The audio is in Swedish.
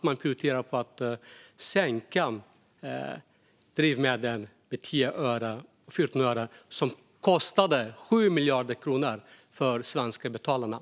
Man prioriterade att sänka drivmedelspriset med 10-14 öre, vilket kostade skattebetalarna 7 miljarder kronor.